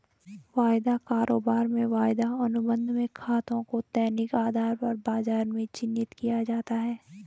वायदा कारोबार में वायदा अनुबंध में खातों को दैनिक आधार पर बाजार में चिन्हित किया जाता है